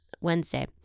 Wednesday